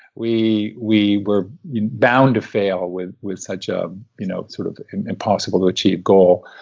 we we were bound to fail with with such a you know sort of impossible to achieve goal.